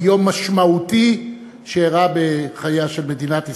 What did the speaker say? מיום משמעותי שאירע בחייה של מדינת ישראל,